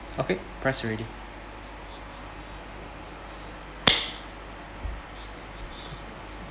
okay press already